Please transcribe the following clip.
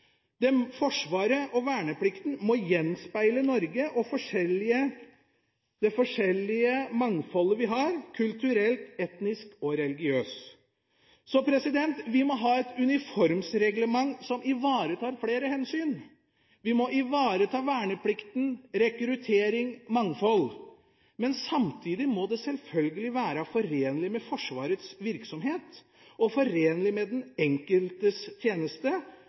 Forsvaret og verneplikten må gjenspeile Norge og det mangfoldet vi har kulturelt, etnisk og religiøst. Vi må ha et uniformsreglement som ivaretar flere hensyn. Vi må ivareta verneplikten, rekruttering og mangfold. Men samtidig må det selvfølgelig være forenlig med Forsvarets virksomhet og forenlig med den enkeltes tjeneste,